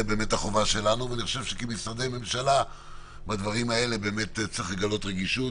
אני חושב שכמשרדי ממשלה צריך לגלות בדברים האלה רגישות.